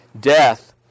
death